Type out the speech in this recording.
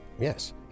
yes